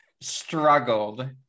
struggled